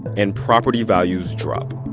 and property values drop.